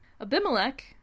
Abimelech